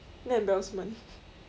damn embarrassment